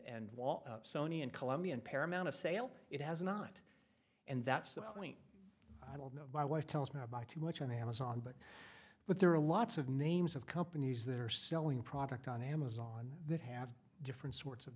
wall sony and columbia and paramount of sale it has not and that's the point i don't know my wife tells me too much on amazon but but there are lots of names of companies that are selling product on amazon that have different sorts of